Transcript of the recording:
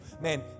man